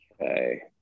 Okay